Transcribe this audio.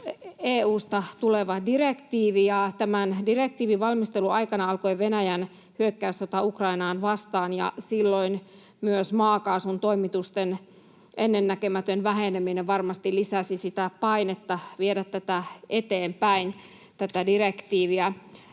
on EU:sta tuleva direktiivi. Tämän direktiivin valmistelun aikana alkoi Venäjän hyökkäyssota Ukrainaa vastaan, ja silloin myös maakaasun toimitusten ennennäkemätön väheneminen varmasti lisäsi sitä painetta viedä eteenpäin